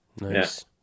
Nice